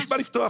בשביל מה לפתוח?